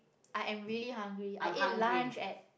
i am really hungry i ate lunch at